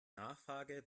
nachfrage